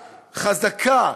חזקה,